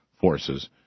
forces